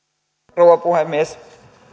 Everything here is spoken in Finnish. rouva puhemies